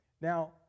Now